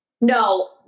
no